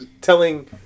telling